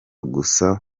gusa